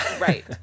right